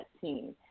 team